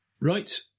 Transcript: Right